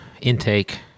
intake